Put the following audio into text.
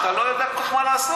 שאתה לא יודע כל כך מה לעשות.